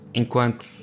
enquanto